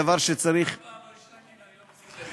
אני אף פעם לא עישנתי, ואני לא מפסיק לאכול.